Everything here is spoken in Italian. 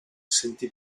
sentì